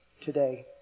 today